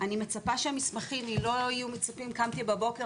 אני מצפה שהמסמכים לא יהיו מצופים מהלקוח כמו קמתי בבוקר